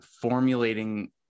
formulating